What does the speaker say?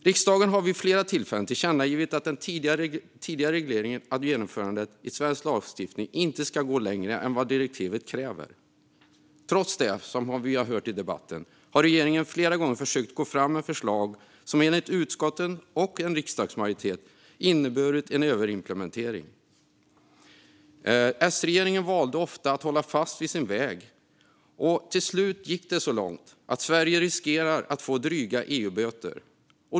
Riksdagen har vid flera tillfällen tillkännagett för den tidigare regeringen att genomförandet i svensk lagstiftning inte ska gå längre än vad direktivet kräver. Trots det har, som vi har hört i debatten, regeringen flera gånger försökt att gå fram med förslag som enligt utskottet och en riksdagsmajoritet har inneburit en överimplementering. S-regeringen valde ofta att hålla fast vid sin väg, och till slut gick det så långt att Sverige riskerade att få dryga EU-böter.